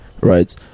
right